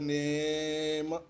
name